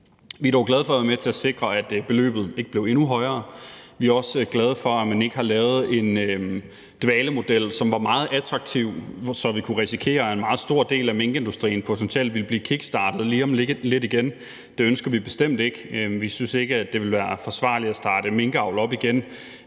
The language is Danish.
være med til at sikre, at beløbet ikke blev endnu højere, og vi er også glade for, at man ikke har lavet en dvalemodel, som var meget attraktiv, så vi kunne risikere, at en meget stor del af minkindustrien potentielt ville blive kickstartet lige om lidt igen. Det ønsker vi bestemt ikke. Vi synes ikke, det ville være forsvarligt at starte minkavl op igen.